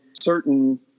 certain